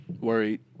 worried